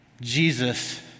Jesus